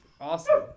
awesome